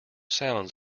sounds